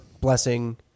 Blessing